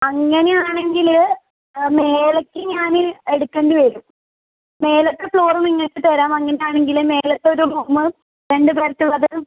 അങ്ങനെയാണെങ്കിൽ മേളത്തെ ഞാൻ എടുക്കേണ്ടി വരും മേലത്തെ ഫ്ലോറ് നിങ്ങൾക്ക് തരാം അങ്ങനെയാണെങ്കിൽ മേലത്തെ റൂമ് രണ്ട് ബെഡ്ഡൊള്ളത്